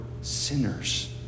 sinners